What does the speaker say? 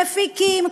מפיקים,